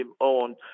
owned